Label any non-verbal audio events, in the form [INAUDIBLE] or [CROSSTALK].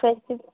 [UNINTELLIGIBLE]